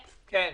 כן.